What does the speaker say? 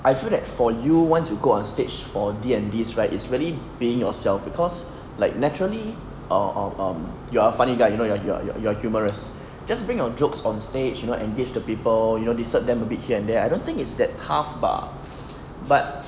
I feel that for you once you go on stage for D_N_Ds right is really being yourself because like naturally err um um you're a funny guy you know you are you are you are you are humorous just bring your jokes on stage and you will engage the people you know disturb them a bit here and there I don't think it's that tough bah